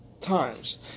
times